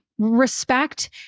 respect